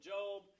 Job